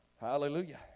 Hallelujah